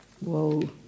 Whoa